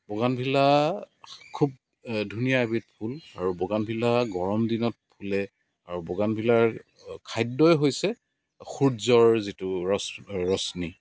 bougainvillea খুব ধুনীয়া এবিধ ফুল আৰু বগানভিলা গৰম দিনত ফুলে আৰু বগানভিলাৰ খাদ্যই হৈছে সূৰ্য্যৰ যিটো ৰ ৰশ্মি